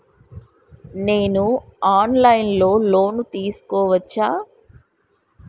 నేను online లో loan తీసుకోవచ్చా?